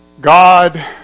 God